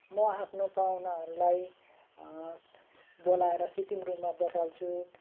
म आफ्नो पाहुनाहरूलाई बोलाएर सिटिङ रुममा बसाल्छु